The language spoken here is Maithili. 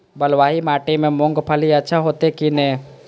बलवाही माटी में मूंगफली अच्छा होते की ने?